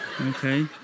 okay